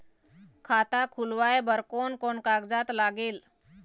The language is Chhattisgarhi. खाता खुलवाय बर कोन कोन कागजात लागेल?